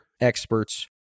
experts